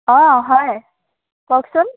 অঁ হয় কওকচোন